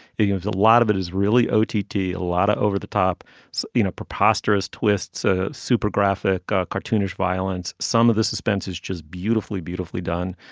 it gives a lot of it is really o t. a lot of over-the-top you know preposterous twists ah super graphic cartoonish violence. some of the suspense is just beautifully beautifully done.